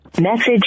Message